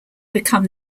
become